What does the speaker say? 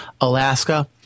Alaska